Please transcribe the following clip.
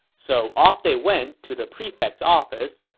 so off they went to the prefect's office.